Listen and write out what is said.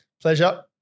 Pleasure